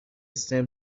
stem